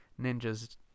ninjas